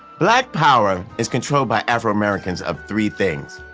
black power is control by afro americans of three things.